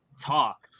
talk